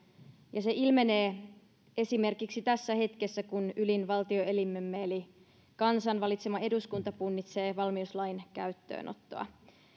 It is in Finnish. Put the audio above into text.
ja se ilmenee esimerkiksi tässä hetkessä kun ylin valtio elimemme eli kansan valitsema eduskunta punnitsee valmiuslain käyttöönottoa